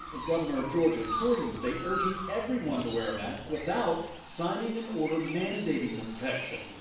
the governor of georgia touring the state, urging everyone to wear a mask without signing an order mandating the protection.